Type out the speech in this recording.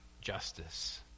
justice